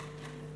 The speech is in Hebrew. דקות.